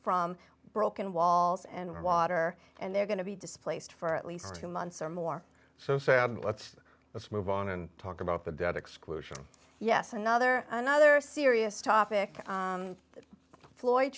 from broken walls and water and they're going to be displaced for at least two months or more so sam let's let's move on and talk about the debt exclusion yes another another serious topic floyd